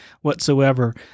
whatsoever